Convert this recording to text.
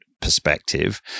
perspective